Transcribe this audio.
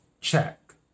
Check